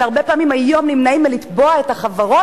שהיום הרבה פעמים נמנעים מלתבוע את החברות